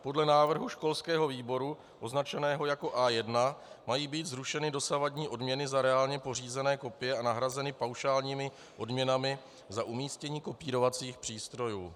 Podle návrhu školského výboru označeného jako A1 mají být zrušeny dosavadní odměny za reálně pořízené kopie a nahrazeny paušálními odměnami za umístění kopírovacích přístrojů.